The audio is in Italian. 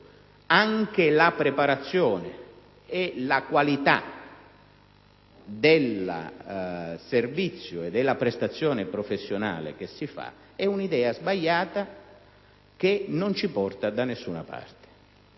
anche la preparazione e la qualità del servizio e della prestazione professionale che si fornisce, è sbagliata ed è un'idea che non ci porta da nessuna parte.